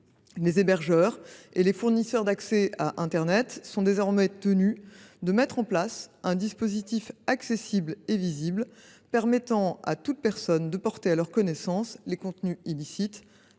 les hébergeurs et les fournisseurs d’accès à internet sont désormais tenus « de mettre en place un dispositif accessible et visible permettant à toute personne de porter à leur connaissance les contenus illicites